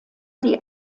die